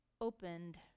opened